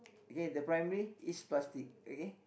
okay the primary is plastic okay